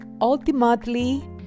ultimately